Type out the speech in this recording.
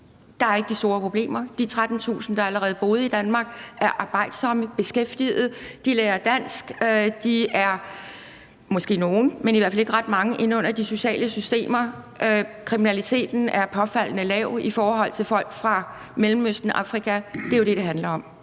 der ikke er de store problemer. De 13.000, der allerede bor i Danmark, er arbejdsomme, beskæftiget. De lærer dansk. Der er måske nogle, men i hvert fald ikke ret mange inde under de sociale systemer. Kriminaliteten er påfaldende lav i forhold til folk fra Mellemøsten, Afrika. Det er jo det, det handler om.